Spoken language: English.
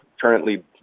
currently